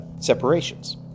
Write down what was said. separations